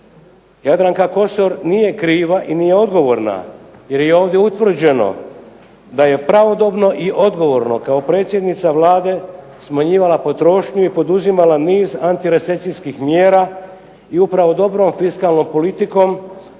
Jadranka Kosor nije kriva i nije odgovorna jer je i ovdje utvrđeno da je pravodobna i odgovorno kao predsjednica Vlade smanjivala potrošnju i poduzimala niz antirecesijskih mjera i upravo dobro fiskalnom politikom